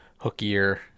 hookier